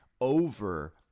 over